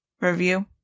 review